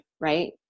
right